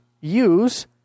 use